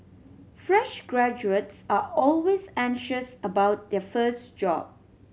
fresh graduates are always anxious about their first job